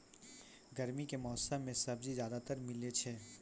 गर्मी के मौसम मं है सब्जी ज्यादातर मिलै छै